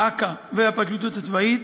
אכ"א והפרקליטות הצבאית,